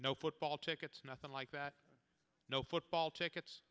no football tickets nothing like that no football tickets